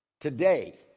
Today